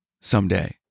someday